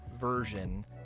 version